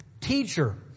Teacher